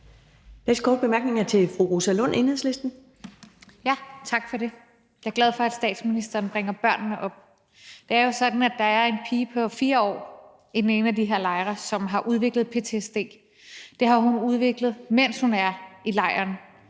næste korte bemærkning er til fru Rosa Lund, Enhedslisten. Kl. 13:13 Rosa Lund (EL): Tak for det. Jeg er glad for, at statsministeren bringer børnene op. Det er jo sådan, at der er en pige på 4 år i den ene af de her lejre, som har udviklet ptsd. Det har hun udviklet, mens hun har været i lejren.